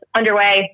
underway